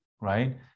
right